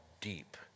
deep